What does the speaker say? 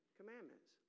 commandments